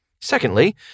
Secondly